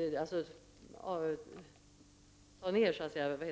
måste ta med hela kärnkraftscykeln, inkl.